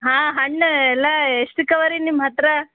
ಹಾಂ ಹಣ್ಣು ಎಲ್ಲ ಎಷ್ಟಕ್ಕೆ ಅವೆರಿ ನಿಮ್ಮ ಹತ್ತಿರ